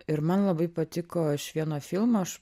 ir man labai patiko iš vieno filmo aš